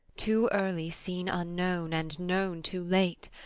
too early seen unknown, and known too late!